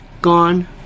Gone